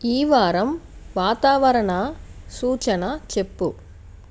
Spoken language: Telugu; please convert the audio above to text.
ఈ వారం వాతావరణ సూచన చెప్పు